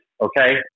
Okay